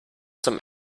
zum